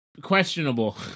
questionable